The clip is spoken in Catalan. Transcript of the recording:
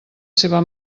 seva